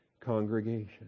congregation